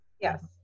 Yes